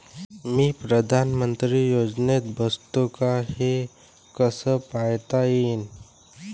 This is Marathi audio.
मी पंतप्रधान योजनेत बसतो का नाय, हे कस पायता येईन?